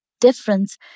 difference